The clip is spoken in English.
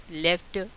left